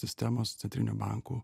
sistemos centriniu banku